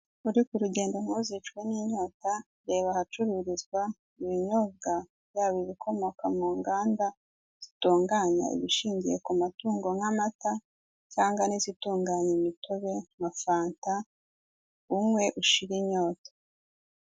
Uri ku rugendo ntuzicwe n'inyota reba ahacururizwa ibinyobwa yaba ibikomoka mu nganda zitunganya ibishingiye ku matungo nk'amata cyangwa n'izitunganya imitobe na fanta unywe ushira inyota.